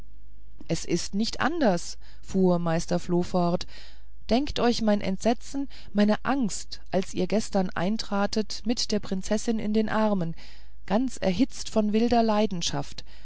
es ist nicht anders fuhr meister floh fort denkt euch mein entsetzen meine angst als ihr gestern eintratet mit der prinzessin in den armen ganz erhitzt von wilder leidenschaft